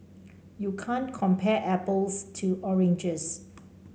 you can't compare apples to oranges